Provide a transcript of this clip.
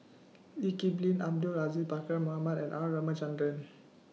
Lee Kip Lin Abdul Aziz Pakkeer Mohamed and R Ramachandran